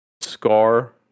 scar